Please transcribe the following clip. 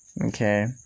Okay